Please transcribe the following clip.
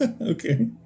Okay